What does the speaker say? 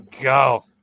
go